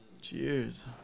Cheers